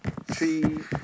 three